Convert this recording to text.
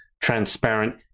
transparent